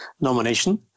nomination